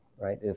right